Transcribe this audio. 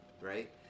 right